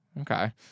okay